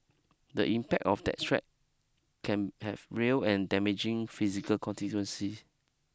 the impact of that threat can have real and damaging physical consequences